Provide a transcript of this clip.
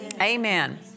Amen